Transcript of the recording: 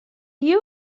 you